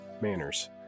manners